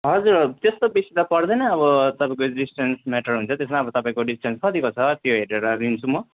हजुर हजुर त्यस्तो बेसी त पर्दैन अब तपाईँको डिस्टेन्स म्याटर हुन्छ त्यसमा अब तपाईँको डिस्टेन्स कत्तिको छ त्यो हेरेर लिन्छु म